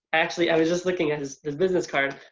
actually, i was just looking at his his business card.